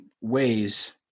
ways